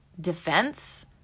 defense